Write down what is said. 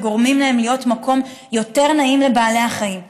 וגורמים להם להיות מקום יותר נעים לבעלי החיים.